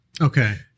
Okay